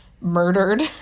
murdered